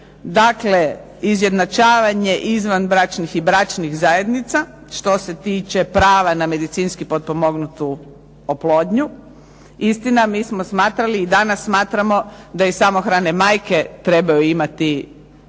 Dakle, izjednačavanje izvanbračnih i bračnih zajednica što se tiče prava na medicinski potpomognutu oplodnju. Istina, mi smo smatrali i danas smatramo da i samohrane majke trebaju imati